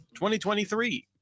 2023